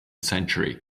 century